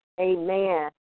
Amen